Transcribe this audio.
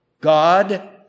God